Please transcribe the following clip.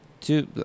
two